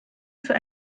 für